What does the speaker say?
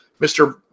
Mr